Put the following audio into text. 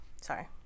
Sorry